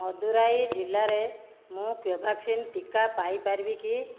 ମଦୁରାଇ ଜିଲ୍ଲାରେ ମୁଁ କୋଭ୍ୟାକ୍ସିନ୍ ଟିକା ପାଇପାରିବି କି